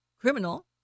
criminal